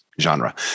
genre